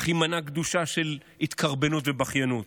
אך עם מנה גדושה של התקרבנות ובכיינות.